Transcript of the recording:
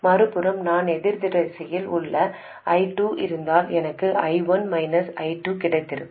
மறுபுறம் நான் எதிர் திசையில் I2 இருந்தால் எனக்கு I1 I2 கிடைத்திருக்கும்